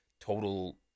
total